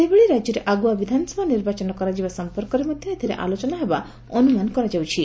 ସେହିଭଳି ରାକ୍ୟରେ ଆଗୁଆ ବିଧାନସଭା ନିର୍ବାଚନ କରାଯିବା ସମ୍ପର୍କରେ ମଧ୍ଧ ଏଥିରେ ଆଲୋଚନା ହେବା ଅନୁମାନ କରାଯାଉଛି